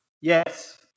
Yes